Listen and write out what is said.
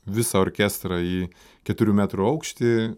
visą orkestrą į keturių metrų aukštį